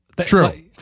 True